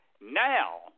Now